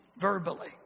verbally